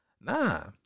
Nah